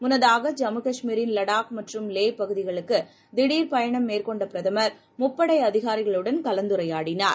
முன்னதாக ஜம்மு கஷ்மீரின் லடாக் மற்றும் லேபகுதிகளுக்குதிசர் பயணம் மேற்கொண்டபிரதமா் முப்படை அதிகாரிகளுடன் கலந்துரையாடினார்